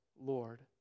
Lord